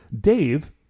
Dave